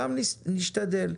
גם נשתדל.